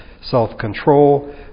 self-control